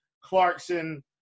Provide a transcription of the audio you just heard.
Clarkson